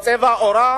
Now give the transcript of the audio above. או צבע עורם,